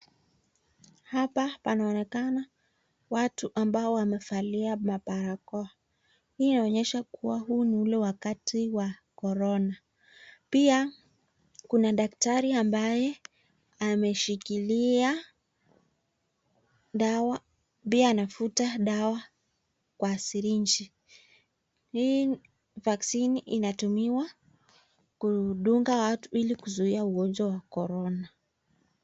Hapa panaonekana watu ambao wamevalia mabarakoa. Hii inaonyesha kuwa huu ni ule wakati wa korona. Pia kuna daktari ambaye ameshikilia dawa pia anavuta dawa kwa sirinji. Hii [vaccine] inatumiwa kudunga watu ili kuzuia ugonjwa wa korona.